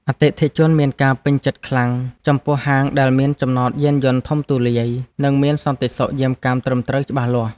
អតិថិជនមានការពេញចិត្តខ្លាំងចំពោះហាងដែលមានចំណតយានយន្តធំទូលាយ និងមានសន្តិសុខយាមកាមត្រឹមត្រូវច្បាស់លាស់។